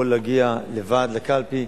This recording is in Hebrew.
יכול להגיע לבד לקלפי,